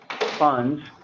funds